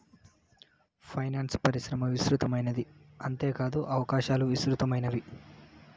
finance పరిశ్రమ విస్తృతమైనది అంతేకాదు అవకాశాలు విస్తృతమైనది